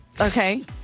Okay